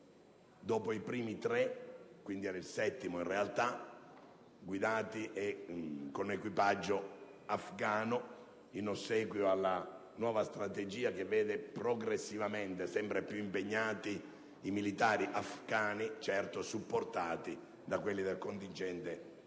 dopo i primi tre (quindi, era in realtà il settimo mezzo), con equipaggio afgano in ossequio alla nuova strategia che vede progressivamente sempre più impegnati i militari afgani, certo supportati da quelli del contingente internazionale.